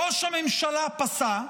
ראש הממשלה פסע,